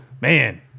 Man